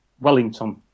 Wellington